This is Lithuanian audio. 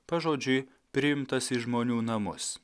pažodžiui priimtas į žmonių namus